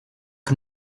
que